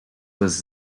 was